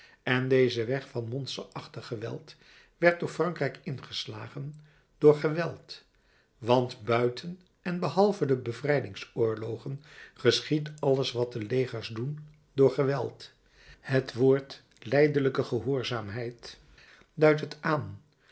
en deze weg van monsterachtig geweld werd door frankrijk ingeslagen door geweld want buiten en behalve de bevrijdingsoorlogen geschiedt alles wat de legers doen door geweld het woord lijdelijke gehoorzaamheid duidt het aan